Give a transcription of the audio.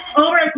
over